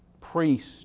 Priest